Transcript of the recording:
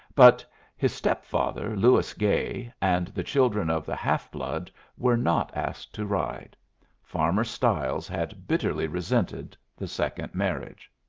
but his step-father lewis gay and the children of the half-blood were not asked to ride farmer stiles had bitterly resented the second marriage.